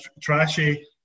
trashy